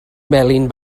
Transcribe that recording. melyn